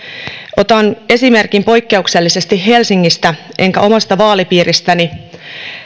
otan esimerkin poikkeuksellisesti helsingistä enkä omasta vaalipiiristäni